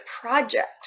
project